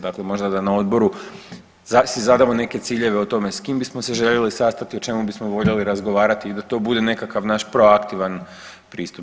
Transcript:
Dakle, možda da na odboru si zadamo neke ciljeve o tome s kim bismo se željeli sastati, o čemu bismo voljeli razgovarati i da to bude nekakav naš proaktivan pristup.